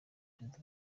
perezida